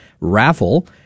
raffle